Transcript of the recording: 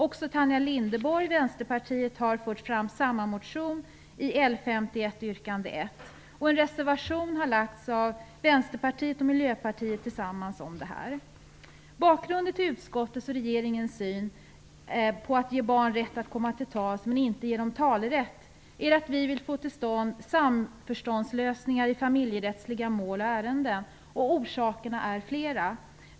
Också Tanja Linderborg, Vänsterpartiet, har fört fram samma åsikt i motion L51, yrkande 1. En reservation har lagts fram av Vänsterpartiet och Miljöpartiet tillsammans om detta. Bakgrunden till utskottets och regeringen syn på att ge barn rätt att komma till tals, men inte ge dem talerätt, är att vi vill få till stånd samförståndslösningar i familjerättsliga mål och ärenden. Orsakerna är flera.